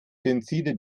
tenside